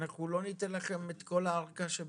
אנחנו לא ניתן לכם את כל הארכה שביקשתם.